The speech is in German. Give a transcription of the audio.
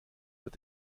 wird